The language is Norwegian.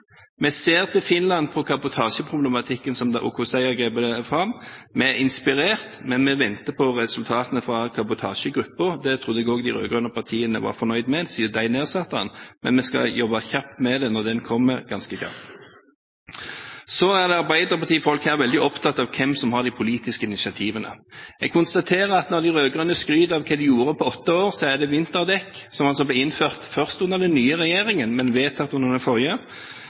Vi ser til Finland når det gjelder kabotasjeproblematikken, og hvordan de har grepet det an der. Vi er inspirert, men vi venter på resultatene fra kabotasjegruppen – det trodde jeg også de rød-grønne partiene var fornøyd med, siden de nedsatte den – men vi skal jobbe kjapt med det når de ganske kjapt kommer. Arbeiderpartifolk er veldig opptatt av hvem som tar de politiske initiativene. Jeg konstaterer at når de rød-grønne skryter av hva de gjorde på åtte år, er det vinterdekk – som altså ble innført først under den nye regjeringen, men vedtatt under den forrige